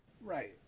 Right